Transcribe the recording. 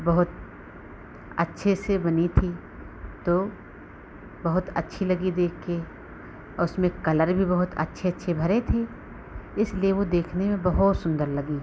बहुत अच्छे से बनी थी तो बहुत अच्छी लगी देखकर औ उसमें कलर भी बहुत अच्छे अच्छे भरे थे इसलिए वह देखने में बहुत सुन्दर लगी